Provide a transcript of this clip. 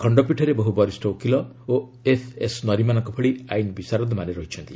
ଖଣ୍ଡପୀଠରେ ବହ୍ର ବରଷ୍ଠ ଓକିଲ ଓ ଏଫ୍ଏସ୍ ନରିମାନଙ୍କ ଭଳି ଆଇନ୍ ବିଶାରଦମାନେ ରହିଛନ୍ତି